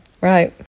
Right